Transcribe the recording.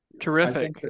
Terrific